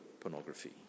pornography